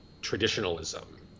traditionalism